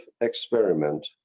experiment